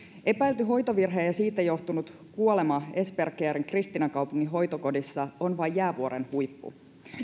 epäilty hoitovirhe ja siitä johtunut kuolema esperi caren kristiinankaupungin hoitokodissa on vain jäävuoren huippu